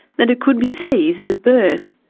that it could be seized at birth.